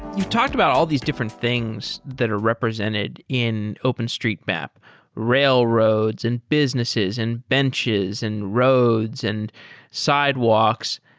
you talked about all these different things that are represented in openstreetmap railroads, and businesses, and benches, and roads, and sidewalks.